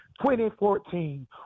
2014